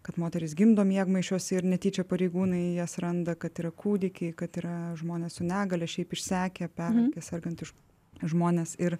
kad moterys gimdo miegmaišiuose ir netyčia pareigūnai jas randa kad yra kūdikiai kad yra žmonės su negalia šiaip išsekę pervargę sergantys žmo žmonės ir